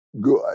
good